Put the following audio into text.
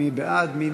מי בעד?